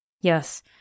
Yes